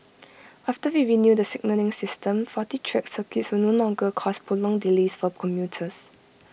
after we renew the signalling system faulty track circuits will no longer cause prolonged delays for commuters